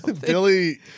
Billy